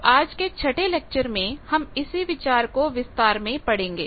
तो आज के छठे लेक्चर में हम इसी विचार को विस्तार में पढ़ेंगे